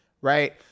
right